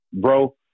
bro